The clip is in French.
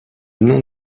nom